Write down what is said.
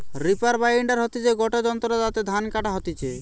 reaper binder হতিছে গটে যন্ত্র যাতে ধান কাটা হতিছে